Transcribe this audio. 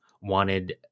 wanted